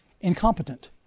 incompetent